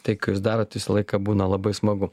tai ką jūs darot visą laiką būna labai smagu